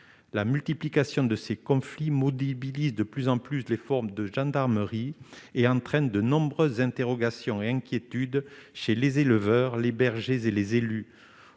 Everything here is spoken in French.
la multiplication de ces conflits maudit de plus en plus les formes de gendarmerie et entraîne de nombreuses interrogations et inquiétudes chez les éleveurs, les bergers et les élus,